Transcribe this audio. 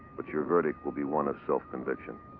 but your verdict will be one of self-conviction.